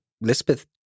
Lisbeth